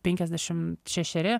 penkiasdešim šešeri